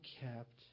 kept